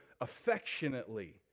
affectionately